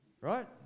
Right